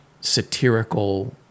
satirical